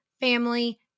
family